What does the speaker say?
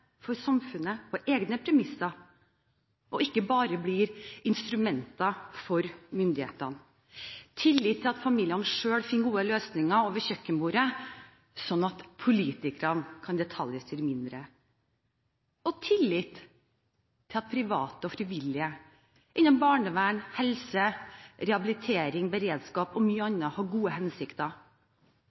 for samfunnet på egne premisser, og ikke bare blir instrumenter for myndighetene tillit til at familiene selv finner gode løsninger over kjøkkenbordet, sånn at politikerne kan detaljstyre mindre tillit til at private og frivillige innen barnevern, helse, rehabilitering, beredskap og mye annet har gode hensikter,